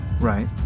Right